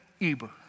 Eber